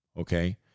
okay